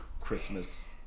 Christmas